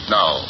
now